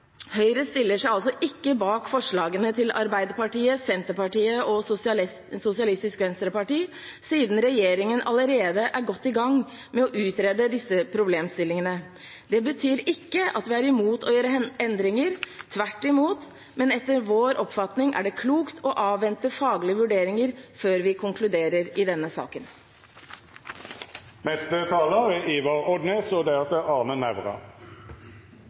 Høyre stiller seg altså ikke bak forslagene til Arbeiderpartiet, Senterpartiet og Sosialistisk Venstreparti, siden regjeringen allerede er godt i gang med å utrede disse problemstillingene. Det betyr ikke at vi er imot å gjøre endringer, tvert imot, men etter vår oppfatning er det klokt å avvente faglige vurderinger før vi konkluderer i denne saken.